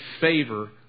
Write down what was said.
favor